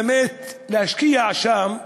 ובאמת להשקיע שם בחינוך.